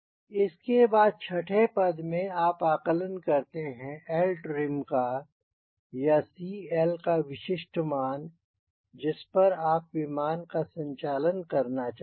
इसके बाद छठे पद में आप आकलन करते हैं CLtrim का या CL का विशिष्ट मान जिस पर आप विमान का संचालन करना चाहते हैं